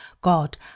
God